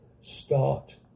start